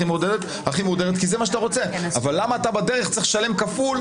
אבל למה אתה צריך לשלם כפול,